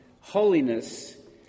holiness